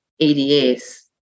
EDS